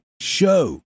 show